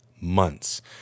months